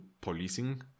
policing